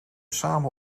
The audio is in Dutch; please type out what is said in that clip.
samen